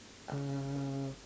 uh